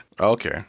Okay